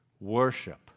Worship